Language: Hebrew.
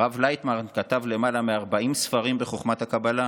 הרב לייטמן כתב למעלה מ-40 ספרים בחוכמת הקבלה,